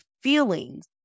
feelings